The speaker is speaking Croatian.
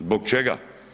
Zbog čega?